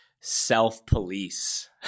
self-police